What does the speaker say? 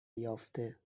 یافته